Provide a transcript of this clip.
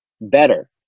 better